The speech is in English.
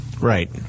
Right